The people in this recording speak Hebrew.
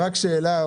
שאלה,